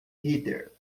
heather